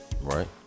Right